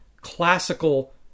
classical